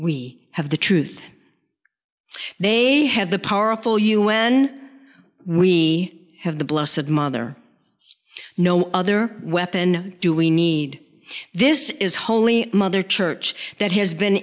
we have the truth they have the powerful un we have the blustered mother no other weapon do we need this is holy mother church that has been